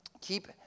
Keep